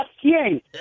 quién